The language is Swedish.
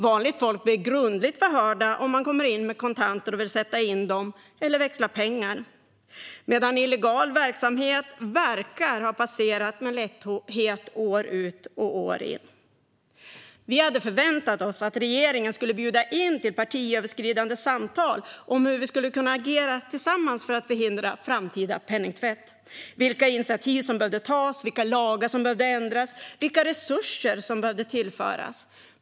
Vanligt folk blir grundligt förhörda om man kommer in med kontanter och vill sätta in dem eller växla pengar, medan illegal verksamhet verkar ha passerat med lätthet år ut och år in. Vi förväntade oss att regeringen skulle bjuda in till partiöverskridande samtal om hur vi skulle kunna agera tillsammans för att förhindra framtida penningtvätt och om vilka initiativ som behövde tas, vilka lagar som behövde ändras och vilka resurser som behövde tillföras.